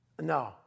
No